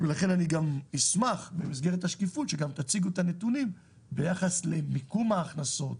לכן אני אשמח במסגרת השקיפות שגם תציגו את הנתונים ביחס למיקום ההכנסות,